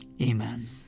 Amen